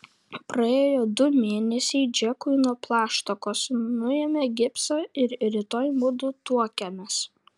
praėjo du mėnesiai džekui nuo plaštakos nuėmė gipsą ir rytoj mudu tuokiamės